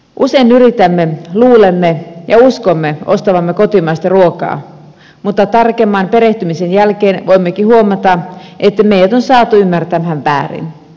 usein yritämme luulemme ja uskomme ostavamme kotimaista ruokaa mutta tarkemman perehtymisen jälkeen voimmekin huomata että meidät on saatu ymmärtämään väärin